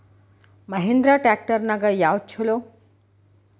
Mahindra tractor ನ್ಯಾಗ ಯಾವ್ದ ಛಲೋ?